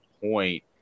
point